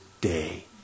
day